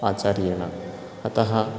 आचार्येण अतः